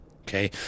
okay